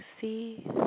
See